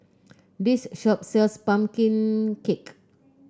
this shop sells pumpkin cake